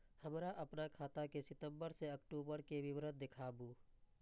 हमरा अपन खाता के सितम्बर से अक्टूबर के विवरण देखबु?